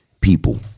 People